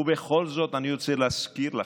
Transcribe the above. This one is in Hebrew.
ובכל זאת, אני רוצה להזכיר לכם,